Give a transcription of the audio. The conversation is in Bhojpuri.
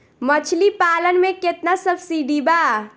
मछली पालन मे केतना सबसिडी बा?